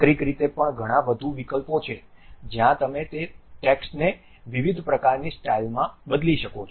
આંતરીક રીતે પણ ઘણા વધુ વિકલ્પો છે જ્યાં તમે તે ટેક્સ્ટને વિવિધ પ્રકારની સ્ટાઇલમાં બદલી શકો છો